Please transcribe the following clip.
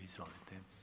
Izvolite.